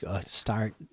start